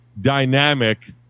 dynamic